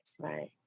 right